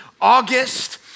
August